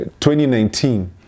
2019